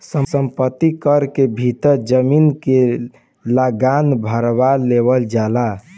संपत्ति कर के भीतर जमीन के लागान भारवा लेवल जाला